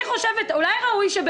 אולי ראוי,